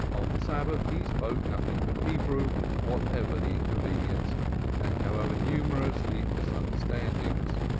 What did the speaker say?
on the sabbath he spoke nothing but hebrew whatever the inconvenience and however numerous the misunderstandings,